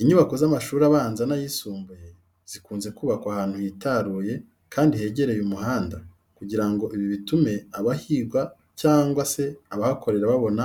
Inyubako z'amashuri abanza n'ayisumbuye zikunze kubakwa ahantu hitaruye kandi hegereye umuhanda kugira ngo ibi bitume abahiga cyangwa se abahakorera babona